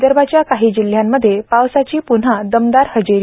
विदर्भाच्या काही जिल्ह्यांमध्ये पावसाची प्न्हा दमदार हजेरी